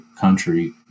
country